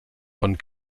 von